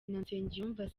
nsengiyumva